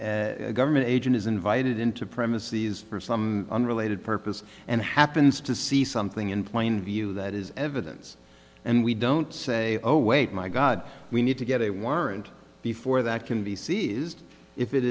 a government agent is invited into premises for some unrelated purpose and happens to see something in plain view that is evidence and we don't say oh wait my god we need to get a warrant before that can be seized if it